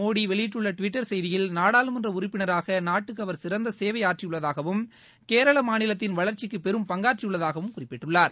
மோடி வெளியிட்டுள்ள டிவிட்டர் செய்தியில் நாடாளுமன்ற உறப்பினராக நாட்டுக்கு அவர் சிறந்த சேவை ஆற்றியுள்ளதாகவும் கேரள மாநிலத்தின் வளர்ச்சிக்கு பெறம் பங்காற்றியுள்ளதாகவும் குறிப்பிட்டுள்ளார்